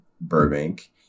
Burbank